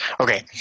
Okay